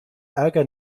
ärger